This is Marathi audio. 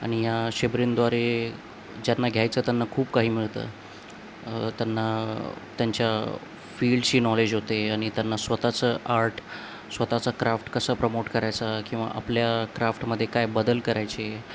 आणि या शिबिरांद्वारे ज्यांना घ्यायचं त्यांना खूप काही मिळतं त्यांना त्यांच्या फील्डशी नॉलेज होते आणि त्यांना स्वतःचं आर्ट स्वतःचं क्राफ्ट कसं प्रमोट करायचं किंवा आपल्या क्राफ्टमध्ये काय बदल करायचे